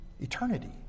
Eternity